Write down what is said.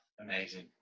Amazing